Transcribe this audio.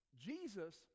Jesus